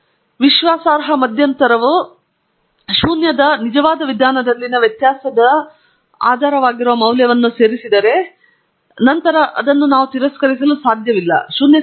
ವಿಶ್ವಾಸಾರ್ಹ ಮಧ್ಯಂತರವು 0 ರ ನಿಜವಾದ ವಿಧಾನದಲ್ಲಿನ ವ್ಯತ್ಯಾಸದ ಆಧಾರವಾಗಿರುವ ಮೌಲ್ಯವನ್ನು ಸೇರಿಸಿದ್ದರೆ ನಂತರ ನಾವು ಅದನ್ನು ತಿರಸ್ಕರಿಸಲು ಸಾಧ್ಯವಿಲ್ಲ ಶೂನ್ಯ ಸಿದ್ಧಾಂತ